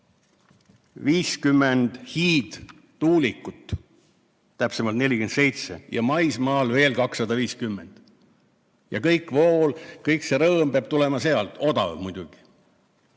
50 hiidtuulikut, täpsemalt 47, ja maismaal veel 250. Ja kõik vool, kõik see rõõm peab tulema sealt. Odavam muidugi,